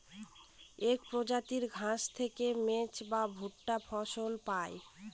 এক প্রজাতির ঘাস থেকে মেজ বা ভুট্টা ফসল পায়